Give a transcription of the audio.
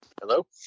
Hello